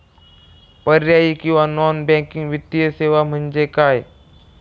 पर्यायी किंवा non banking वित्तीय सेवा म्हणजे काय?